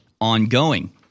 ongoing